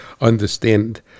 understand